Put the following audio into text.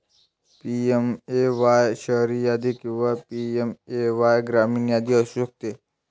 PMAY शहरी यादी किंवा पी.एम.ए.वाय ग्रामीण यादी असू शकते